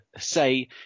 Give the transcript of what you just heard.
say